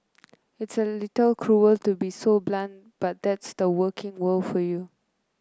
it's a little cruel to be so blunt but that's the working world for you